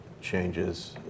changes